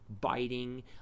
biting